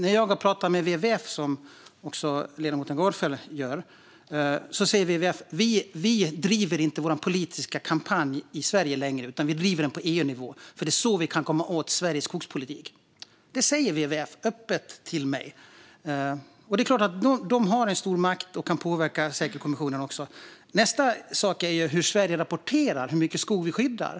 När jag har talat med WWF, vilket även ledamoten Gardfjell gjort, har de sagt att de inte driver sin politiska kampanj i Sverige längre, utan de driver den på EU-nivå. Det är så de kan komma åt Sveriges skogspolitik. Det här säger WWF öppet till mig. De har stor makt och kan säkert påverka kommissionen. En annan sak handlar om hur Sverige rapporterar hur mycket skog vi skyddar.